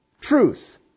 truth